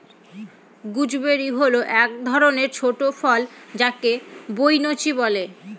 gooseberry হল এক ধরনের ছোট ফল যাকে বৈনচি বলে